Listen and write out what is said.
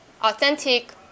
authentic